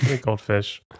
Goldfish